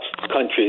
countries